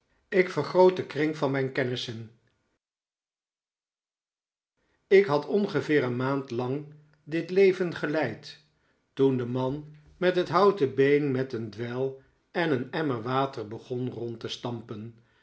ik vergroot den kring van mijn kennissen ik had ongeveer een maand lang dit leven geleid toen de man met het houten been met een dweil en een emmer water begon rond te stampen